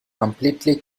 completely